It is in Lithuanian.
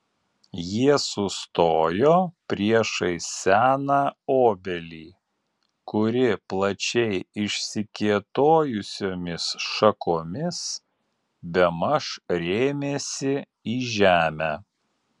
jie sustojo priešais seną obelį kuri plačiai išsikėtojusiomis šakomis bemaž rėmėsi į žemę